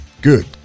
Good